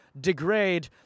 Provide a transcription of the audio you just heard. degrade